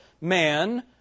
man